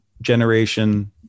generation